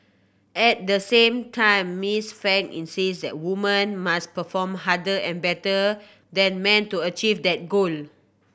at the same time Miss Frank insists that woman must perform harder and better than men to achieve that goal